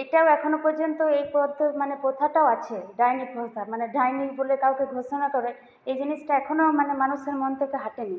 এটা এখনো পর্যন্ত এই মানে প্রথাটা আছে ডাইনি প্রথা মানে ডাইনি বলে কাউকে ঘোষণা করে এই জিনিসটা এখনো মানে মানুষের মন থেকে হঠেনি